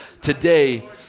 today